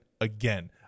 again